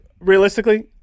realistically